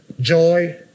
joy